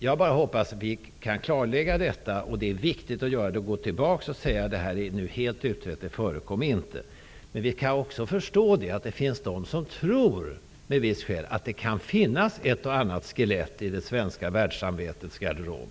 Jag hoppas att detta kan klarläggas. Det är viktigt att det görs. Först då kan vi säga att det är helt utrett och att detta inte är sant. Man kan dock förstå att det finns de som tror att det kan finnas ett och annat skelett i det svenska världssamvetets garderob.